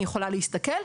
אני יכולה להסתכל.